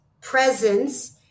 presence